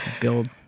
build